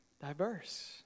diverse